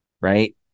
right